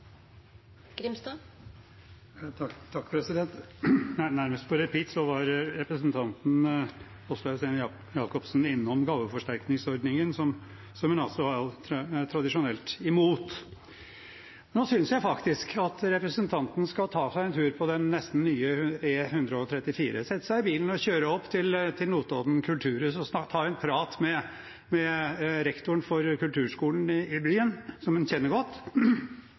tradisjonelt imot. Nå synes jeg faktisk at representanten skal ta seg en tur på den nesten nye E134, sette seg i bilen og kjøre opp til Notodden kulturhus og ta en prat med rektoren for kulturskolen i byen, som hun kjenner godt,